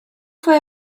fue